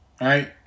Right